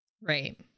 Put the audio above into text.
right